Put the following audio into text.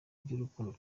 by’urukundo